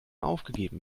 aufgegeben